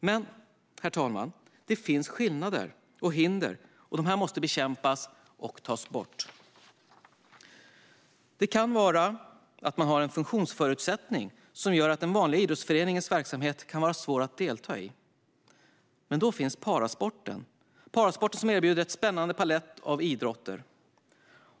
Men, herr talman, det finns skillnader och hinder, och de måste bekämpas och tas bort. Det kan vara att man har en funktionsförutsättning som gör att den vanliga idrottsföreningens verksamhet kan vara svår att delta i. Då finns parasporten, som erbjuder en spännande palett av idrotter.